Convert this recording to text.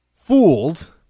fooled